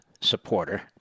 supporter